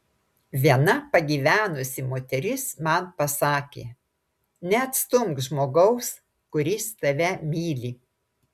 viena pagyvenusi moteris man pasakė neatstumk žmogaus kuris tave myli